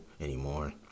anymore